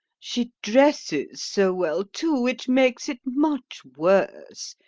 she dresses so well, too, which makes it much worse,